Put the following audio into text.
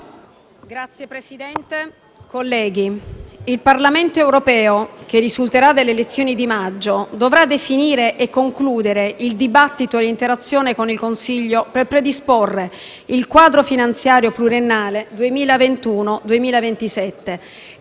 Signor Presidente, colleghi, il Parlamento europeo che risulterà dalle elezioni di maggio dovrà definire e concludere il dibattito e l'interazione con il Consiglio per predisporre il quadro finanziario pluriennale 2021-2027,